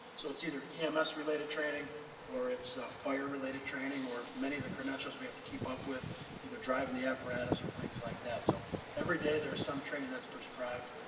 so it's either ems related training or it's a fire related training or many of the credentials we have to keep up with either driving the apparatus or things like that. so every day there's some training that's prescribed.